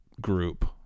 group